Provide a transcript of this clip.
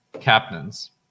captains